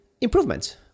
improvements